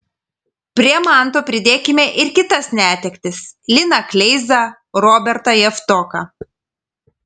prie manto pridėkime ir kitas netektis liną kleizą robertą javtoką